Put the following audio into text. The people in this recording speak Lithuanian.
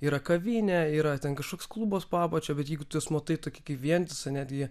yra kavinė yra ten kažkoks klubas po apačia bet jeigu tu jas matai tokį kai vientisą netgi